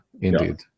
indeed